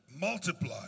multiply